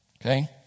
Okay